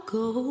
go